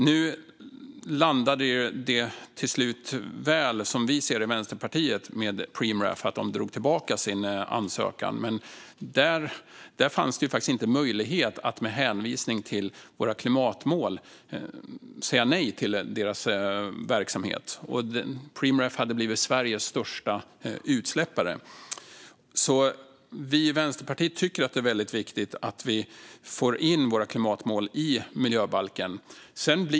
Nu landade det till slut väl, som vi ser på det i Vänsterpartiet, med att Preemraff drog tillbaka sin ansökan, men där fanns inte möjlighet att med hänvisning till våra klimatmål säga nej till deras verksamhet. Preemraff hade blivit Sveriges största utsläppare. Vi i Vänsterpartiet tycker att det är viktigt att få in klimatmålen i miljöbalken.